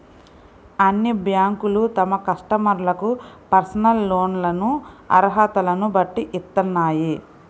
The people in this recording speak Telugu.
అన్ని బ్యేంకులూ తమ కస్టమర్లకు పర్సనల్ లోన్లను అర్హతలను బట్టి ఇత్తన్నాయి